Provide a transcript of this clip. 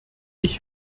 ich